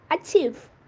achieve